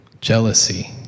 jealousy